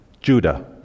Judah